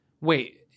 Wait